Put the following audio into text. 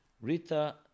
Rita